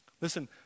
Listen